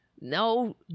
No